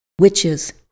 witches